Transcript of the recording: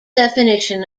definition